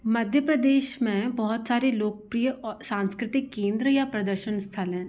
मध्य प्रदेश में बहाुत सारे लोकप्रिय और सांस्कृतिक केन्द्र या प्रदर्शन स्थल हैं